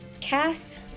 Cass